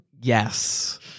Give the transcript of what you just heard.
Yes